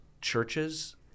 churches